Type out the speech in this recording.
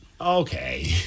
Okay